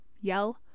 yell